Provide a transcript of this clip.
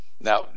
Now